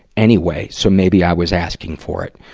anyway, so maybe i was asking for it.